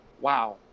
wow